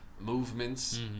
movements